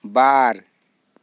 ᱵᱟᱨ